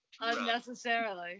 unnecessarily